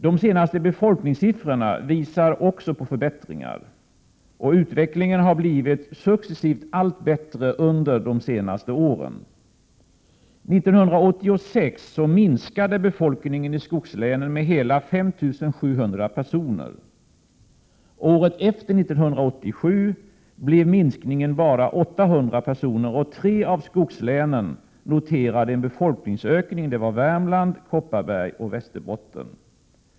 De senaste befolkningssiffrorna visar också på förbättringar. Utvecklingen har blivit successivt allt bättre under de senaste åren. År 1986 minskade befolkningen i skogslänen med hela 5 700 personer. Året efter, 1987, blev minskningen bara 800 personer, och tre av skogslänen noterar befolkningsökning: Värmland, Kopparberg och Västerbotten.